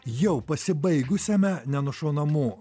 jau pasibaigusiame nenušaunamų